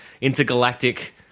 Intergalactic